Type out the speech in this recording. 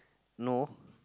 no